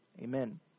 amen